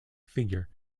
figure